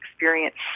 experience